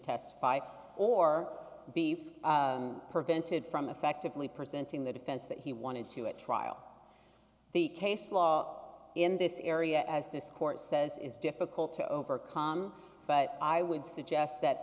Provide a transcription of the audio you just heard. testify or beef prevented from effectively presenting the defense that he wanted to at trial the case law in this area as this court says is difficult to overcome but i would suggest that